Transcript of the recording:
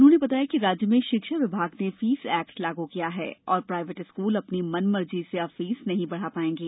उन्होंने बताया कि राज्य में शिक्षा विभाग ने फीस एक्ट लागू किया है और प्राइवेट स्कूल अपनी मनमर्जी से अब फीस नहीं बढ़ा पाएंगे